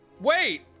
Wait